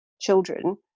children